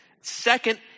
Second